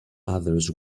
others